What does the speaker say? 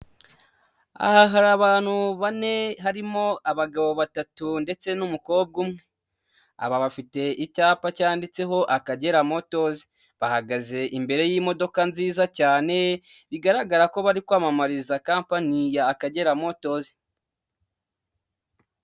Aha hari abantu bane, harimo abagabo batatu ndetse n'umukobwa umwe, aba bafite icyapa cyanditseho Akagera motors bahagaze imbere y'imodoka nziza cyane, bigaragara ko bari kwamamariza kampani ya Akagera motors.